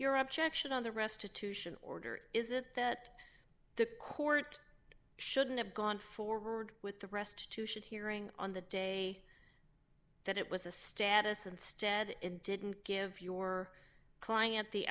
your objection on the restitution order is it that the court shouldn't have gone forward with the rest too should hearing on the day that it was a status instead it didn't give your client the